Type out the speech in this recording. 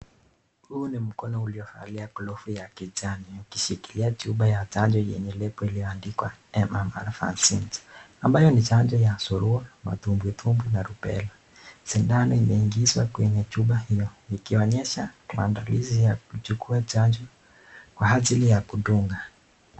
Huu ni mkono uliovalia glovu ya kijani, ikishikilia chupa ya chanjo yenye lebo iliyoandikwa MMR Vaccine ,ambayo ni chanjo ya surua, matumbwi tumbwi na rubela. Sindano imeingizwa kwenye chupa hiyo, ikionyesha maandalizi ya kuchukua chanjo kwa ajili ya kudunga.